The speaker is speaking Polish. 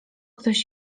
ktoś